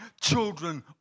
children